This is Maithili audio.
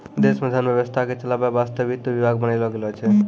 देश मे धन व्यवस्था के चलावै वासतै वित्त विभाग बनैलो गेलो छै